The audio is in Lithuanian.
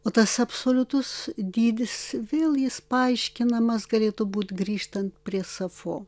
o tas absoliutus dydis vėl jis paaiškinamas galėtų būt grįžtant prie safo